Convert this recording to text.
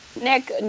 Nick